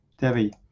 debbie